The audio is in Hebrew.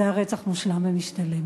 זה היה רצח מושלם ומשתלם.